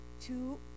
two